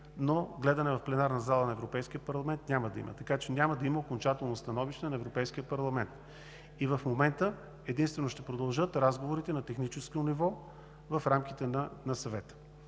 но разглеждане в пленарната зала на Европейския парламент няма да има, така че няма да има окончателно становище на Европейския парламент. В момента единствено ще продължат разговорите на техническо ниво в рамките на Съвета.